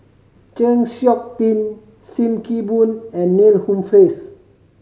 Chng Seok Tin Sim Kee Boon and Neil Humphreys